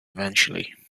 eventually